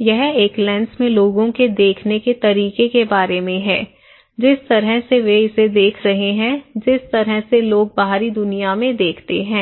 यह एक लेंस में लोगों के देखने के तरीके के बारे में है जिस तरह से वे इसे देख रहे हैं जिस तरह से लोग बाहरी दुनिया में देखते हैं